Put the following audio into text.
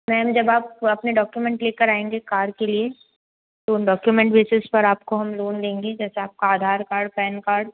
ma'am जब आप अपने डॉक्यूमेंट लेकर आएँगी कार के लिए तो उन डॉक्यूमेंट बेसिस पर हम आपको लोन देंगे जैसे आपका आधार कार्ड पैन कार्ड